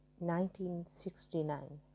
1969